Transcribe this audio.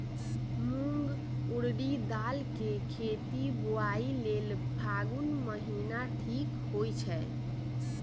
मूंग ऊरडी दाल कें खेती बोआई लेल फागुन महीना ठीक होई छै